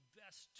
best